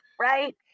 right